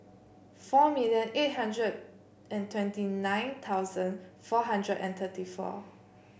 four million eight hundred and twenty nine thousand four hundred and thirty four